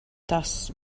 tas